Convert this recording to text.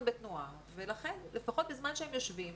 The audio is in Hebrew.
בתנועה ולכן לפחות בזמן שהם יושבים,